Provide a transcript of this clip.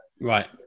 right